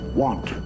want